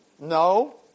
No